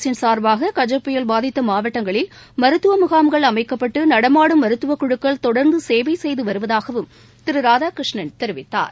அரசின் சார்பாக கஜ புயல் பாதித்த மாவட்டங்களில் மருத்துவ முகாம்கள் அமைக்கப்பட்டு நடமாடும் மருத்துவக் குழுக்கள் தொடர்ந்து சேவை செய்து வருவதாகவும் திரு ராதாகிருஷ்ணன் தெரிவித்தார்